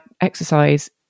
exercise